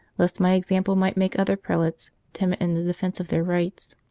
lest my example might make other prelates timid in the defence of their rights.